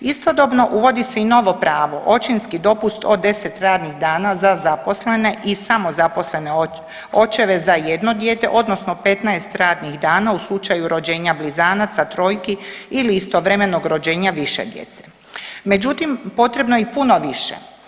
Istodobno uvodi se i novo pravo, očinski dopust od 10 radnih dana za zaposlene i samozaposlene očeve za jedno dijete odnosno 15 radnih dana u slučaju rođenja blizanaca, trojki ili istovremenog rođenja više djece, međutim potrebno je i puno više.